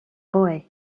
boy